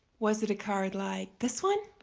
was it a card like this one?